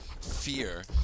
fear